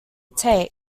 take